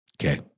Okay